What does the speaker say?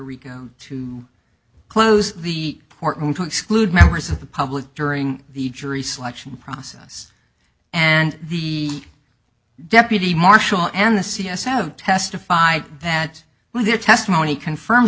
rico to close the courtroom to exclude members of the public during the jury selection process and the deputy marshal and the c s have testified that their testimony confirms